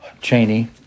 Cheney